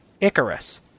Icarus